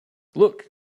look